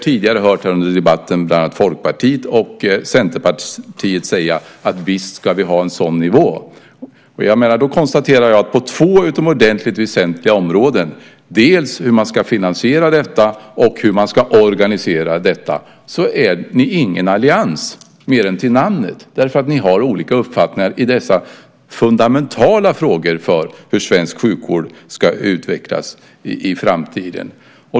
Tidigare under debatten har vi hört bland annat Folkpartiet och Centerpartiet säga att visst ska vi ha en sådan nivå. Då konstaterar jag att på två utomordentligt väsentliga områden, hur man ska finansiera detta och hur man ska organisera detta, är ni ingen allians mer än till namnet. Ni har olika uppfattningar i dessa fundamentala frågor för hur svensk sjukvård ska utvecklas i framtiden.